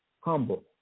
Humble